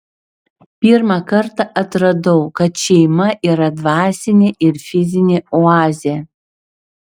pirmą kartą atradau kad šeima yra dvasinė ir fizinė oazė